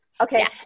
Okay